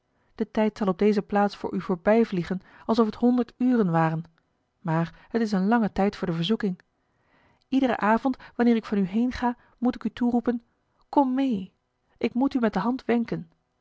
de tijd zal op deze plaats voor u voorbijvliegen alsof het honderd uren waren maar het is een lange tijd voor de verzoeking iederen avond wanneer ik van u heenga moet ik u toeroepen kom mee ik moet u met de hand wenken